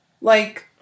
Like-